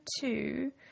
two